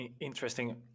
Interesting